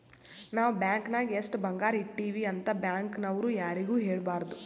ನಾವ್ ಬ್ಯಾಂಕ್ ನಾಗ್ ಎಷ್ಟ ಬಂಗಾರ ಇಟ್ಟಿವಿ ಅಂತ್ ಬ್ಯಾಂಕ್ ನವ್ರು ಯಾರಿಗೂ ಹೇಳಬಾರ್ದು